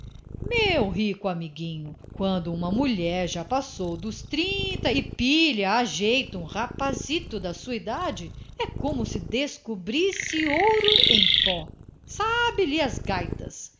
meu rico amiguinho quando uma mulher já passou dos trinta e pilha a jeito um rapazito da sua idade é como se descobrisse ouro em pó sabe lhe a gaitas